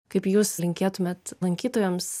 kaip jūs linkėtumėt lankytojams